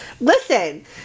Listen